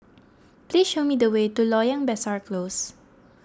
please show me the way to Loyang Besar Close